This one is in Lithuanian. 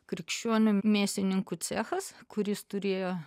krikščionių mėsininkų cechas kuris turėjo